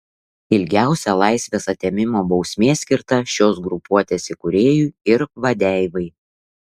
ilgiausia laisvės atėmimo bausmė skirta šios grupuotės įkūrėjui ir vadeivai